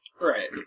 Right